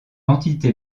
entité